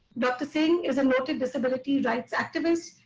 dr. singh is a noted disability rights activist,